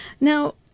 Now